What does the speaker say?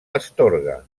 astorga